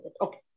Okay